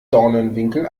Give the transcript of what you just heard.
dornenwinkel